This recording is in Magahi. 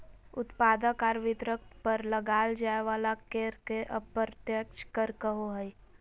उत्पादक आर वितरक पर लगाल जाय वला कर के अप्रत्यक्ष कर कहो हइ